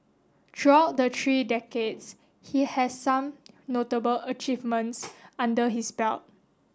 throughout the three decades he has some notable achievements under his belt